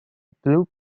blue